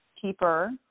Keeper